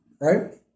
right